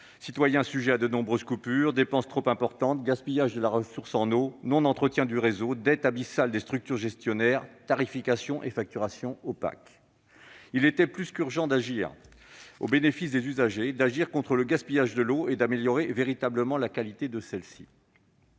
citoyens sujets à de nombreuses coupures, dépenses trop importantes, gaspillage de la ressource, non-entretien du réseau, dette abyssale des structures gestionnaires, tarification et facturation opaques. Il était plus qu'urgent d'agir au bénéfice des usagers, d'agir contre le gaspillage de l'eau et d'améliorer véritablement la qualité de celle-ci.